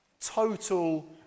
total